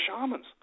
shamans